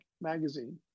magazine